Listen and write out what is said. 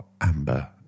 Amber